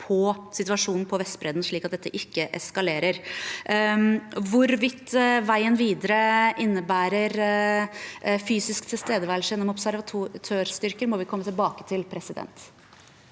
på situasjonen på Vestbredden, slik at dette ikke eskalerer. Hvorvidt veien videre innebærer fysisk tilstedeværelse gjennom observatørstyrker, må vi komme tilbake til. Presidenten